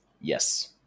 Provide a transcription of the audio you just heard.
Yes